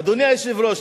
אדוני היושב-ראש,